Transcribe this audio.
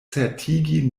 certigi